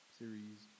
series